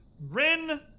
Rin